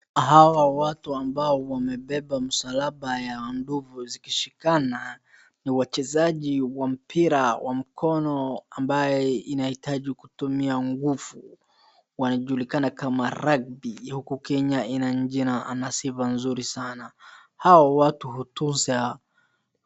Hawa watu ambao wamebeba msalaba ya ndovu zikishikana ni wachezaji wa mpira wa mkono ambaye inahitaji kutumia nguvu. Wanajulikana kama rugby ya huku Kenya inajina na sifa nzuri sana. Hawa watu hutunza.